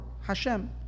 Hashem